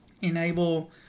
enable